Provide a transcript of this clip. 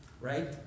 Right